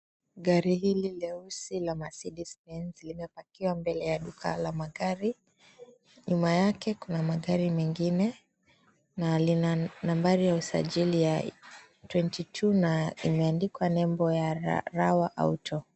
Gari hili leusi la Mercedes Benz limepakiwa mbele ya duka la magari. Nyuma yake kuna magari mengine na lina nambari ya usajili 22 na imeandikwa nembo ya, Rawa Auto.